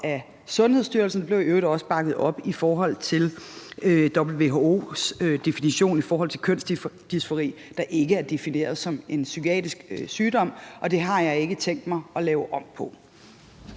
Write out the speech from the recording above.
af Sundhedsstyrelsen, og det blev i øvrigt også bakket op i forhold til WHO's definition af kønsdysfori, der ikke er defineret som en psykiatrisk sygdom, og det har jeg ikke tænkt mig at lave om på.